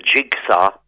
Jigsaw